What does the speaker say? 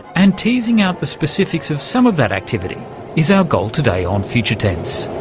and teasing out the specifics of some of that activity is our goal today on future tense.